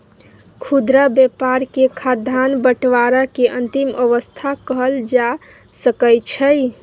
खुदरा व्यापार के खाद्यान्न बंटवारा के अंतिम अवस्था कहल जा सकइ छइ